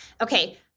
Okay